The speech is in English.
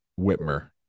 Whitmer